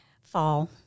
Fall